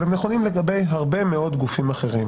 אבל הם נכונים לגבי הרבה מאוד גופים אחרים.